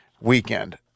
weekend